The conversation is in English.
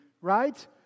right